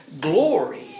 glory